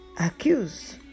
accused